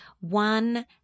one